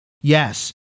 Yes